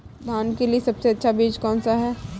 धान के लिए सबसे अच्छा बीज कौन सा है?